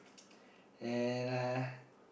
and uh